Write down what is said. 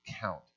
count